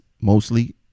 mostly